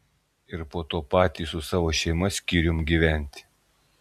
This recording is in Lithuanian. ir po to patys su savo šeima skyrium gyventi